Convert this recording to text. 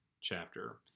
chapter